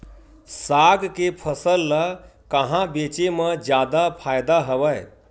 साग के फसल ल कहां बेचे म जादा फ़ायदा हवय?